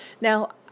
Now